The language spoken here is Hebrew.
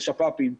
לשפ"פים,